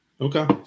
Okay